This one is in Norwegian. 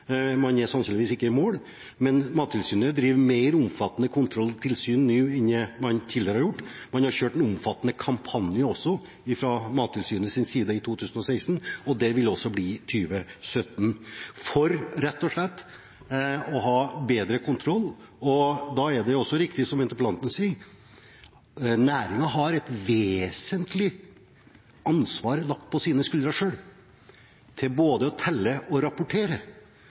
Man er sannsynligvis ikke i mål, men Mattilsynet driver mer omfattende kontroll og tilsyn nå enn man tidligere har gjort. Man har kjørt en omfattende kampanje fra Mattilsynets side i 2016, og det vil det også bli i 2017, rett og slett for å ha bedre kontroll. Da er det også riktig som interpellanten sier, at næringen selv har et vesentlig ansvar lagt på sine skuldre for både å telle, å rapportere og